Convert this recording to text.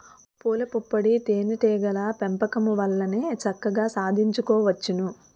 పూలపుప్పొడి తేనే టీగల పెంపకం వల్లనే చక్కగా సాధించుకోవచ్చును